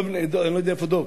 אני לא יודע איפה דב.